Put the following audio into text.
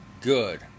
Good